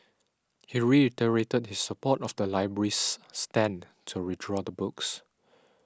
he reiterated his support of the library's stand to withdraw the books